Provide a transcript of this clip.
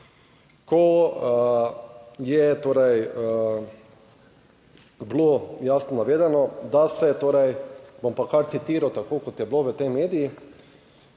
torej bilo jasno navedeno, da se torej, bom pa kar citiral, tako kot je bilo v teh medijih: